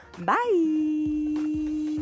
Bye